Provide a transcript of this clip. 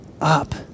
up